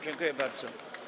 Dziękuję bardzo.